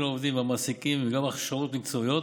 העובדים והמעסיקים וגם הכשרות מקצועיות